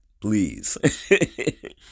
please